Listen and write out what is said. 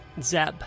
Zeb